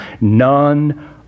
none